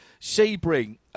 Sebring